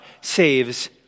saves